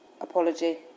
Apology